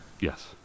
yes